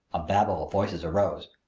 a babel of voices arose.